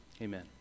Amen